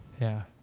yeah.